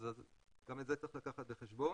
אז גם את זה צריך לקחת בחשבון.